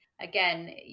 Again